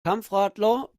kampfradler